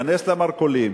'כנס למרכולים,